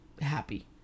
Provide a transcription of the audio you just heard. happy